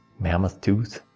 mammoth tooth,